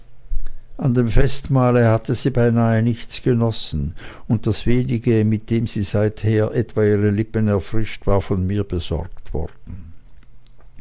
an dem festmahle hatte sie beinahe nichts genossen und das wenige mit dem sie seither etwa ihre lippen erfrischt war von mir besorgt worden